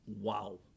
wow